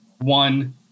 One